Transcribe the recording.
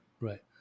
Right